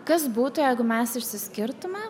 kas būtų jeigu mes išsiskirtume